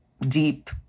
deep